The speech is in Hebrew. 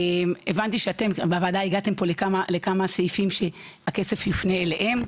הבנתי שאתם בוועדה הגעתם לכמה סעיפים שהכסף יופנה אליהם,